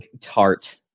tart